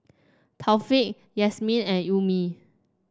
Taufik Yasmin and Ummi